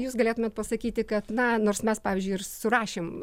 jūs galėtumėt pasakyti kad na nors mes pavyzdžiui ir surašėm